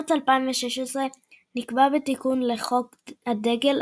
במרץ 2016 נקבע בתיקון לחוק הדגל,